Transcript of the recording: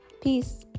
Peace